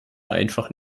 einfach